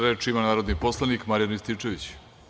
Reč ima narodni poslanik Marijan Rističević.